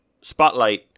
spotlight